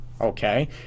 okay